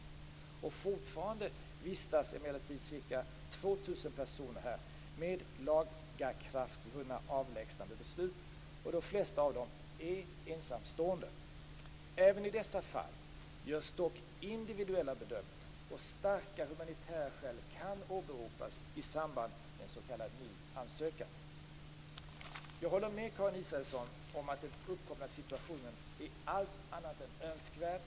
Fortfarande vistas emellertid ca 2 000 personer här med lagakraftvunna avlägsnandebeslut, och de flesta av dem är ensamstående. Även i dessa fall görs dock individuella bedömningar, och starka humanitära skäl kan åberopas i samband med en s.k. ny ansökan. Jag håller med Karin Israelsson om att den uppkomna situationen är allt annat än önskvärd.